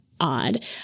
odd